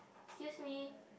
excuse me